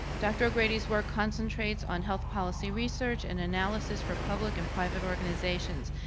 dr. o'grady's work concentrates on health policy research and analysis for public and private organizations.